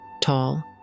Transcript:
tall